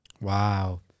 Wow